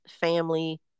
family